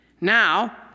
Now